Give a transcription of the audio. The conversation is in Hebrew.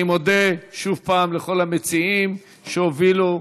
אני מודה שוב לכל המציעים שהובילו.